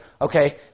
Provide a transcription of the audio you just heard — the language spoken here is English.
Okay